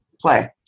Play